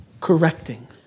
correcting